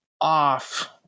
off